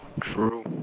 True